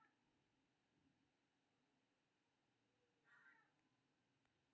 सौंफ के पौधा करीब एक मीटर ऊंच आ सुगंधित होइ छै